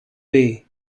bay